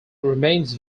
remains